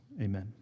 Amen